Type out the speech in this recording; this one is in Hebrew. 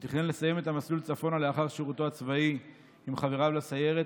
הוא תכנן לסיים את המסלול צפונה לאחר שירותו הצבאי עם חבריו לסיירת,